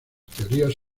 teorías